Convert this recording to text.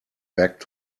back